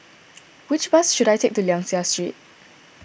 which bus should I take to Liang Seah Street